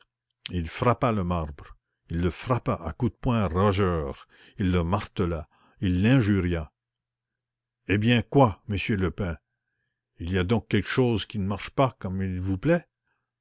il frappa le marbre il le frappa à coups de poing rageurs il le martela il l'injuria eh bien quoi m lupin il y a donc quelque chose qui ne marche pas comme il vous plaît